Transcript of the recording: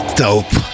dope